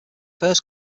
first